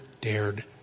dared